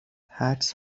حدس